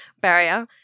barrier